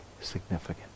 significant